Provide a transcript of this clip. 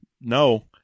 no